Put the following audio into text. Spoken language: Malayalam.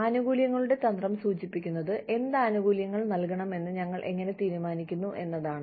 ആനുകൂല്യങ്ങളുടെ തന്ത്രം സൂചിപ്പിക്കുന്നത് എന്ത് ആനുകൂല്യങ്ങൾ നൽകണമെന്ന് ഞങ്ങൾ എങ്ങനെ തീരുമാനിക്കുന്നു എന്നതാണ്